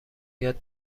یاد